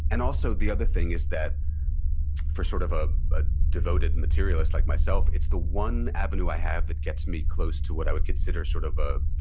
and also, the other thing is that for sort of a but devoted and materialist like myself it's the one avenue i have that gets me close to what i would consider sort of a